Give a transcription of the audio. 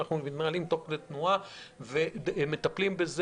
ואנחנו מתנהלים תוך כדי תנועה ומטפלים בזה